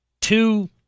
two